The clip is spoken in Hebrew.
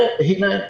והנה,